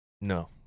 No